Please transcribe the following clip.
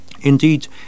Indeed